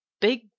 Big